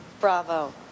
Bravo